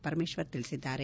ಪರಮೇಶ್ವರ್ ತಿಳಿಸಿದ್ದಾರೆ